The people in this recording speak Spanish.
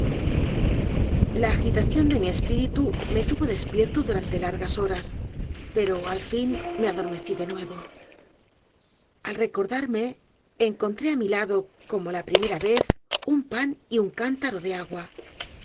la agitación de mi espíritu me tuvo despierto durante l a r g a s horas pero al fin me adormecí de nuevo al recordarme encontró á mi lado como la primera vez el pozo y el péndulo un pan y un cántaro de agua